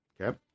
Okay